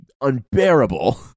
unbearable